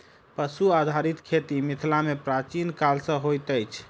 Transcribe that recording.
पशु आधारित खेती मिथिला मे प्राचीन काल सॅ होइत अछि